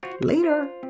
Later